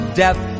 death